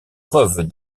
preuve